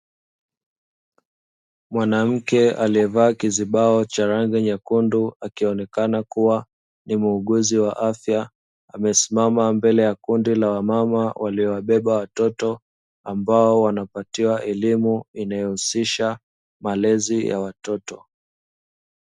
Mwanamke aliye vaa kizibao cha rangi nyekundu akionekana kua ni muuguzi wa afya, amesimama mbele ya kundi la wamama waliowabeba watoto ambao wanapatiwa elimu inayo husisha malezi ya watoto.